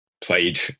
played